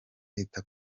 leta